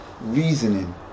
reasoning